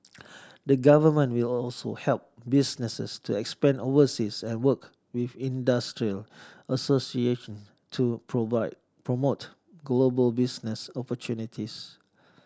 the Government will also help businesses to expand oversea and work with industry association to provite promote global business opportunities